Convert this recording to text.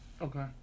Okay